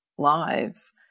lives